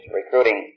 recruiting